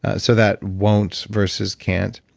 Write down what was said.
so that won't versus can't.